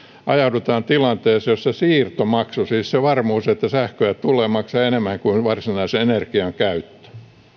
ajaudutaan tilanteeseen jossa siirtomaksu siis se varmuus että sähköä tulee maksaa enemmän kuin varsinaisen energian käyttö